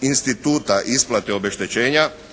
instituta isplate obeštećenja,